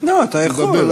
אתה יכול,